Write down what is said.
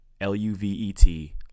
L-U-V-E-T